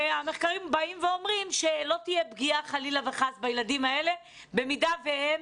המחקרים באים ואומרים שלא תהיה פגיעה חלילה וחס בילדים האלה במידה והם